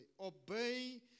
Obey